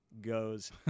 goes